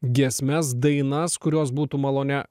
giesmes dainas kurios būtų malone